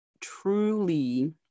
truly